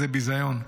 איזה ביזיון,